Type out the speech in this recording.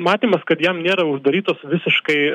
matymas kad jam nėra uždarytos visiškai